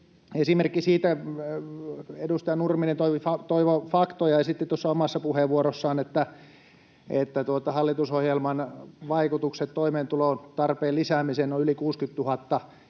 takaisin. Edustaja Nurminen toivoi faktoja ja esitti tuossa omassa puheenvuorossaan, että hallitusohjelman vaikutukset toimeentulotuen tarpeen lisäämiseen ovat yli 60 000 ja